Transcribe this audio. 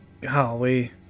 Golly